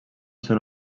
són